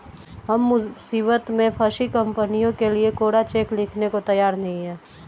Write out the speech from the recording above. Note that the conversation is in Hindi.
हम मुसीबत में फंसी कंपनियों के लिए कोरा चेक लिखने को तैयार नहीं हैं